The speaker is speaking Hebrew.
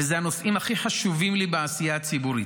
ואלה הנושאים הכי חשובים לי בעשייה הציבורית.